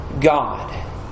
God